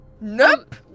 Nope